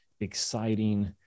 exciting